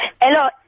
Hello